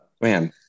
man